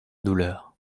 douleur